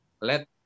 let